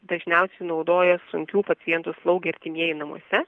dažniausiai naudoja sunkių pacientų slaugę artimieji namuose